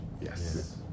Yes